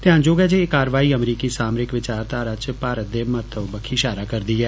ध्यानजोग ऐ जे एह् कार्रवाई अमरीकी सामरिक विचारधारा च भारत दे महत्व बक्खी शारा करदी ऐ